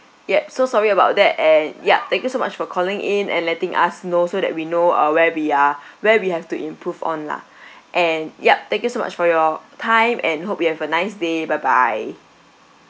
yup so sorry about that and yup thank you so much for calling in and letting us know so that we know uh where we are where we have to improve on lah and yup thank you so much for your time and hope you have a nice day bye bye